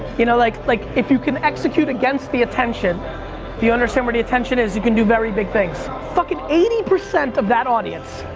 you know like like if you can execute against the attention if you understand where the attention is, you can do very big things. fuckin' eighty percent of that audience,